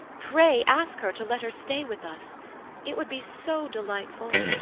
pray ask her to let her stay with us it would be so delightful.